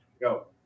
go